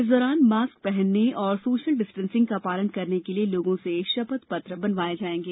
इस दौरान मास्क पहनने और सोशल डिस्टेंसिग का पालन करने के लिये लोगों से शपथ पत्र बनवाये जाएंगे